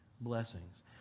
blessings